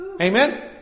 Amen